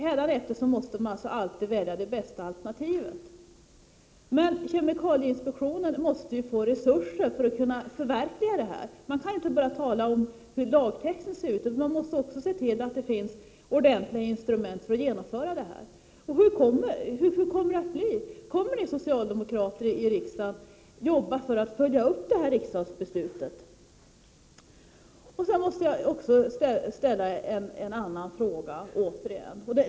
Hädanefter måste man alltså alltid välja det bästa alternativet. Men kemikalieinspektionen måste få resurser att förverkliga detta. Man kan inte bara tala om hur lagtexten ser ut, utan man måste också se till att det finns ordentliga instrument för att genomföra detta. Hur kommer det att bli? Kommer ni socialdemokrater i riksdagen att jobba för att följa upp detta riksdagsbeslut? Sedan måste jag återigen ställa en annan fråga.